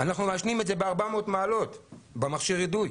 אנחנו מעשנים את זה ב-400 מעלות, במכשיר אידוי.